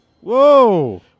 Whoa